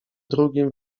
drugim